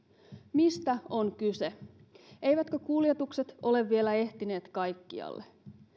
mistä on kyse eivätkö kuljetukset ole vielä ehtineet kaikkialle